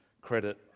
credit